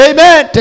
Amen